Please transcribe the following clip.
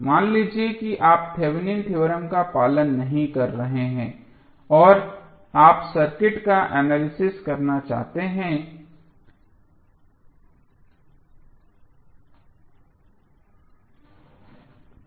मान लीजिए कि आप थेवेनिन थ्योरम का पालन नहीं कर रहे हैं और आप सर्किट का एनालिसिस करना चाहते हैं कि आप क्या करेंगे